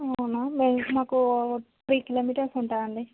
అవునా మాకు three kilometres ఉంటుంది అండి